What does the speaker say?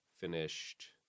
finished